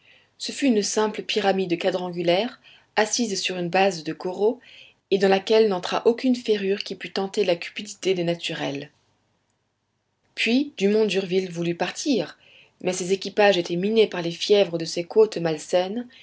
ce fut une simple pyramide quadrangulaire assise sur une base de coraux et dans laquelle n'entra aucune ferrure qui pût tenter la cupidité des naturels puis dumont d'urville voulut partir mais ses équipages étaient minés par les fièvres de ces côtes malsaines